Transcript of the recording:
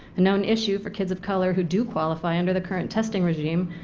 a known issue for kids of color who do qualify under the current testing regime,